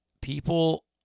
people